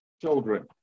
children